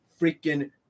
freaking